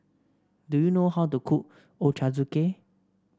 do you know how to cook Ochazuke